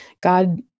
god